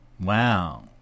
Wow